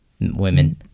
women